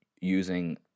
using